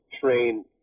train